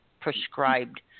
prescribed